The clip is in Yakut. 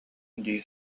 дии